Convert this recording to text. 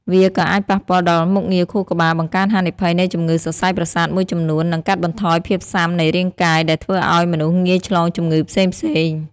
វាក៏អាចប៉ះពាល់ដល់ មុខងារខួរក្បាល បង្កើនហានិភ័យនៃជំងឺសរសៃប្រសាទមួយចំនួន នឺងកាត់បន្ថយភាពស៊ាំនៃរាងកាយ ដែលធ្វើឱ្យមនុស្សងាយឆ្លងជំងឺផ្សេងៗ។